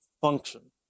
function